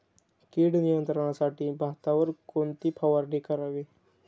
कीड नियंत्रणासाठी भातावर कोणती फवारणी करावी?